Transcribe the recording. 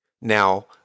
Now